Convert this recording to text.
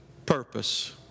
Purpose